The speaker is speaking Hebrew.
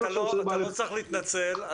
אתה לא צריך להתנצל,